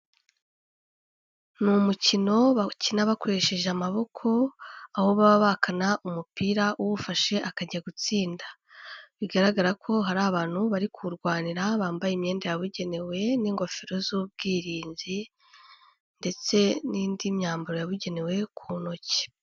Ni umukino bawukina bakoresheje amaboko aho baba bakana umupira uwufashe akajya gutsinda, bigaragara ko hari abantu bari kuwurwanira bambaye imyenda yabugenewe n'ingofero z'ubwirinzi ndetse n'indi myambaro yabugenewe ku ntoki.